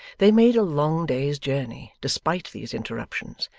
they made a long day's journey, despite these interruptions,